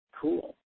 Cool